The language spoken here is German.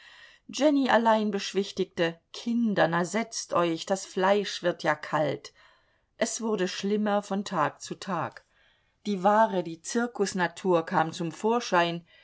jenny allein beschwichtigte kinder na setzt euch das fleisch wird ja kalt es wurde schlimmer von tag zu tag die wahre die zirkusnatur kam zum vorschein